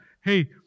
hey